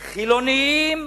חילונים,